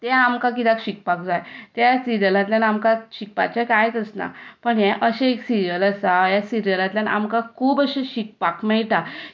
तें आमकां कित्याक शिकपाक जाय ते सिरियलांतल्यान आमकां शिकपाचें कांयच आसना पूण हें अशें एक सिरीयल आसा हे सिरियलांतल्यान आमकां खूब अशें शिकपाक मेळटा